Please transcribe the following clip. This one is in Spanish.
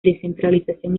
descentralización